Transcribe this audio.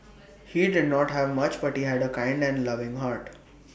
he did not have much but he had A kind and loving heart